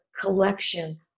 collection